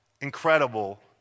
incredible